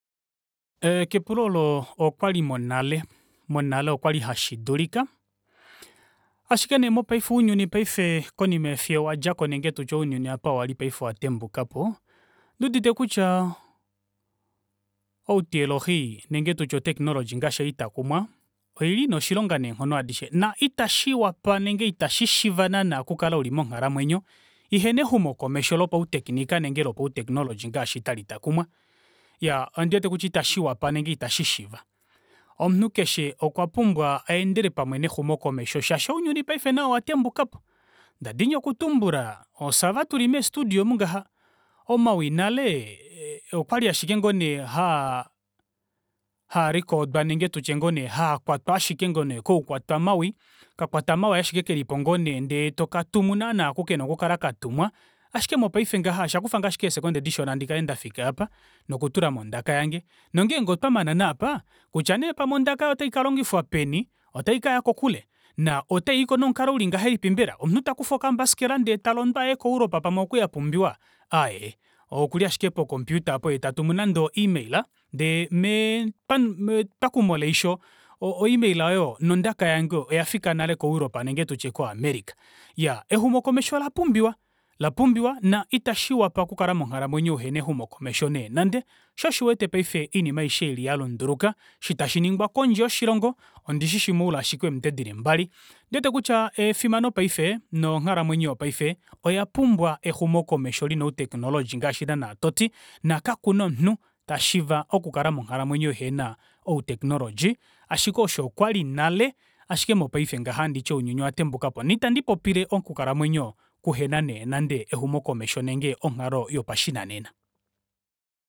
Ee kepulo oolo okwali monale, monale okwali hashidulika, ashike nee mopaife ounyuni konima yefiya owadjako nenge tutye ounyuni apawali owatembukapo onduudite kutya outeyoloxi nenge tutye outekinology ngaashi hashi takumwa oili ina oshilongo neenghono adishe na itashiwapa nenge ita shishiiva naana oku kala uli monghalamwenyo ihena exumokomesho lopautekinika nenge lopautekinology ngaashi ngaashi tali takumwa. Iyaa ondiwete kutya ita shiwapa nenge ita shishiiva. Omunhu keshe okwa pumbwa aendele pamwe nexumokomesho shaashi ounyuni paife nao owa tembukapo ndadini okutumbula aa ofye aava tuli mee studio omungaha omawi nale e- e okwali ashike ngoo nee haa- haa likodwa nenge tutye ngoo nee haakwatwa ashike ngoo nee kukwatwa mawi okakakwata mawi ashike kelipo ngoo nee ndee tokatumu naana oko kena oku kala katumwa ashike mopaife ngaha osha kufange ashike ee second dishona ndikale ndafika aapa noku tulamo ondaka yange nongeenge otwa mana nee apa kutya nee ondaka yange ota ikalongifwa peni otaikaya kokule na otayiiko nomukalo ulingahelipi mbela? Omunhu takufa okambasikela ndee talondo aye ko europe pamwe oku yapumbiwa? Aaye okuli ashike po computer aapo yee tatumu nande o email ndee mee mepakumo leisho o- o email aayo nondaka yange oyafika nale ko europe nenge tutye ko america. Iyaa exumokomesho ola pumbiwa, ola pumbiwa na itashi wapa oku kala monghalamwenyo uhena exumokomesho neenande shoo osho uwete oinima aishe ili yalunduluka osho tashiningwa kondje yoshilongo ondishishi moule ashike wominute dili mbali. Ondiwete kutya efimano paife nonghalamwenyo yopaife oya pumbwa exumokomesho lina utekinology ngaashi naana toti nakakuna omunhu tashiiva okukala monghalamwenyo ihena outekinology, ashike osho okwali nale ashike mopaife ngaha nditye ounyuni owa tembukapo no itandipopile oku kalamwenyo kuhena neenande exumokomesho nenge onghalo yopashinanena.